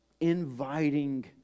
inviting